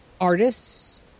artists